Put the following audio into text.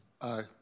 Aye